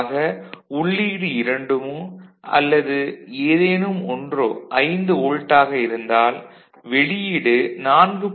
ஆக உள்ளீடு இரண்டுமோ அல்லது ஏதேனும் ஒன்றோ 5 வோல்ட் ஆக இருந்தால் வெளியீடு 4